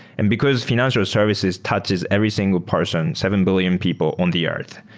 and because financial services touches every single person, seven billion people on the earth,